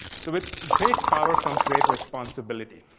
so with great power comes great responsibility.